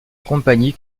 compagnie